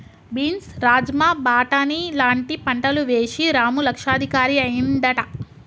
beans rajma బాటని లాంటి పంటలు వేశి రాము లక్షాధికారి అయ్యిండట